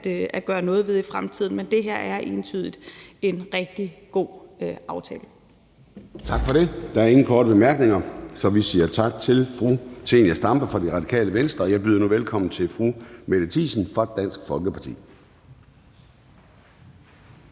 gøre noget ved i fremtiden. Men det her er entydigt en rigtig god aftale. Kl. 09:23 Formanden (Søren Gade): Tak for det. Der er ingen korte bemærkninger, så vi siger tak til fru Zenia Stampe fra Radikale Venstre. Jeg byder nu velkommen til fru Mette Thiesen fra Dansk Folkeparti.